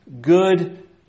good